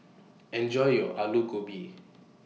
Enjoy your Aloo Gobi